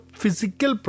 physical